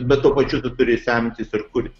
bet tuo pačiu tu turi semtis ir kurti